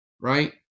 right